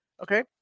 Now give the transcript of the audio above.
okay